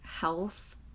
health